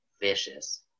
vicious